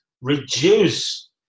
reduce